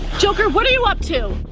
joker, what are you up to?